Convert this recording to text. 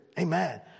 Amen